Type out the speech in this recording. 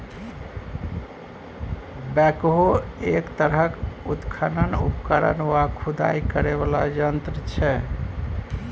backhoe एक तरहक उत्खनन उपकरण वा खुदाई करय बला यंत्र छै